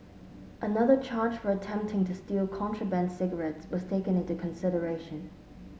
another charge for attempting to steal contraband cigarettes was taken into consideration